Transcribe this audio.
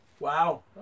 Wow